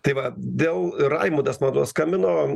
tai va dėl raimundas man atrodo skambino